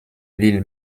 l’île